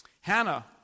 Hannah